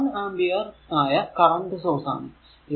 ഇത് 1 ആമ്പിയർ ആയ current source ആണ്